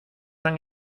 tan